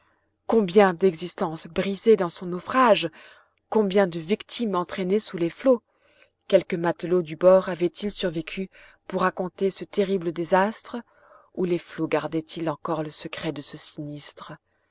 combien d'existences brisées dans son naufrage combien de victimes entraînées sous les flots quelque matelot du bord avait-il survécu pour raconter ce terrible désastre ou les flots gardaient ils encore le secret de ce sinistre